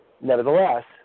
Nevertheless